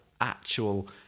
actual